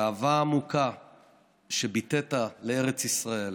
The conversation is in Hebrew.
ואהבה עמוקה שביטאת לארץ ישראל